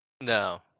No